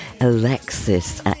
Alexis